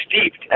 steeped